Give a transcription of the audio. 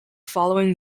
following